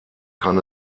kann